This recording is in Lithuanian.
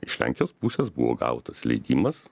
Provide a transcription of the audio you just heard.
iš lenkijos pusės buvo gautas leidimas